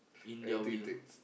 anything it takes